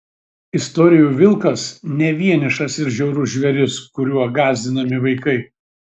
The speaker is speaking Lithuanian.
istorijų vilkas ne vienišas ir žiaurus žvėris kuriuo gąsdinami vaikai